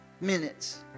minutes